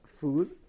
food